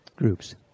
groups